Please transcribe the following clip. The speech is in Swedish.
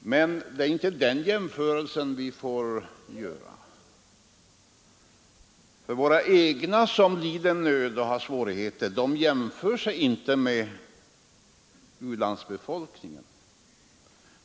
Men det är inte den jämförelsen vi skall göra, för våra egna som lider nöd och har svårigheter jämför sig inte med u-landsbefolkningen